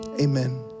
amen